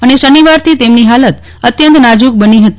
અન શનિવારથી તેમની હાલત અત્યંત નાજુક બની હતી